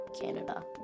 Canada